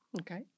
Okay